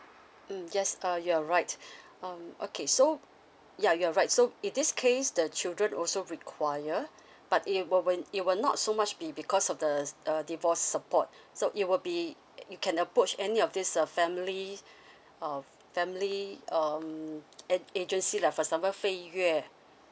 mm yes uh you are right um okay so ya you are right so in this case the children also require but it will when it will not so much be because of the uh divorce support so it will be you can approach any of this uh family uh family um a~ agency lah for example fei yue